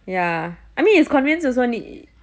ya I mean it's convenience also